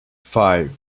five